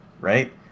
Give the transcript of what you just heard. right